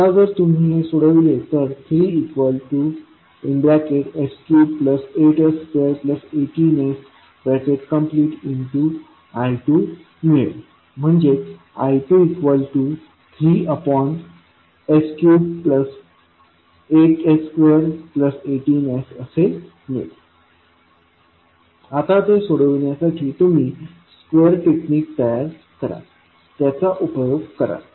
आता जर तुम्ही हे सोडवले तर 3s38s2 18sI2 ⇒ I23s38s2 18s आता ते सोडवण्यासाठी तुम्ही स्क्वेअर टेक्निक तयार कराल त्याचा उपयोग कराल